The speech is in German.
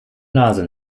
nase